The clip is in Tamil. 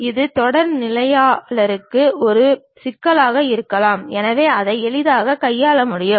ஒரு தொடக்கநிலையாளருக்கு இது ஒரு சிக்கலாக இருக்கலாம் எனவே அதை எளிதாக கையாள முடியும்